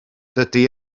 dydy